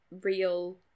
real